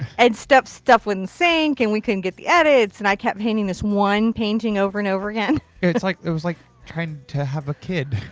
and stuff stuff wouldn't sync, and we couldn't get the edits, and i kept painting this one painting over and over again. it was like it was like trying to have a kid.